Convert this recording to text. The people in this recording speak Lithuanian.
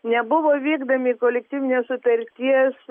nebuvo vykdomi kolektyvinės sutarties